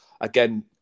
again